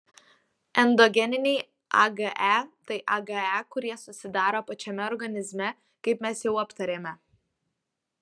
endogeniniai age tai age kurie susidaro pačiame organizme kaip mes jau aptarėme